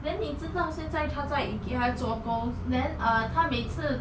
then 你知道现在她在 ikea 做工 then uh 她每次